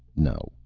no,